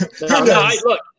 look